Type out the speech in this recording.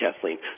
Kathleen